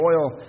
oil